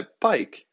bike